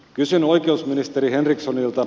kysyn oikeusministeri henrikssonilta